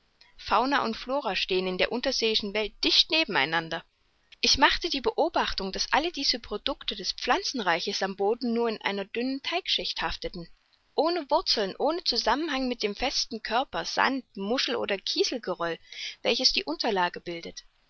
fauna und flora stehen in der unterseeischen welt dicht neben einander ich machte die beobachtung daß alle diese producte des pflanzenreichs am boden nur in einer dünnen teigschichte hafteten ohne wurzeln ohne zusammenhang mit dem festen körper sand muschel oder kieselgeröll welches die unterlage bildet